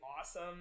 awesome